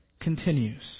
continues